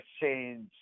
change